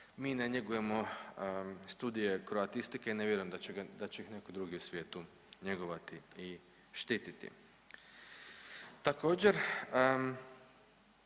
mi ne njegujemo studije kroatistike, ne vjerujem da će ih netko drugi u svijetu njegovati i štititi. Također,